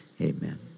Amen